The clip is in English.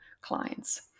clients